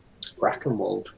brackenwald